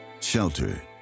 Shelter